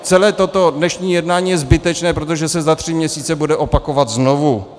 Celé toto dnešní jednání je zbytečné, protože se za tři měsíce bude opakovat znovu.